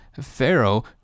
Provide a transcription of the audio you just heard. Pharaoh